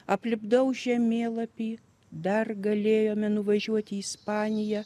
aplipdau žemėlapį dar galėjome nuvažiuoti į ispaniją